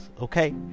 Okay